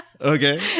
Okay